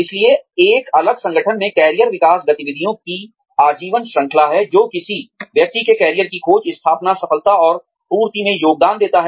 इसलिए एक अलग संगठन में कैरियर विकास गतिविधियों की आजीवन श्रृंखला है जो किसी व्यक्ति के कैरियर की खोज स्थापना सफलता और पूर्ति में योगदान देता है